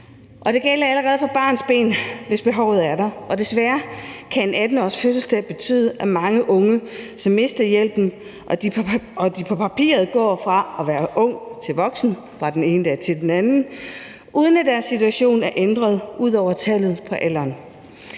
det gælder allerede fra barnsben af, hvis behovet er der. Desværre kan en 18-årsfødselsdag betyde, at mange unge mister hjælpen, når de på papiret går fra at være ung til voksen, fra den ene dag til den anden, uden at deres situation er ændret bortset fra tallet på alderen.